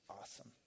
awesome